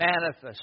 manifest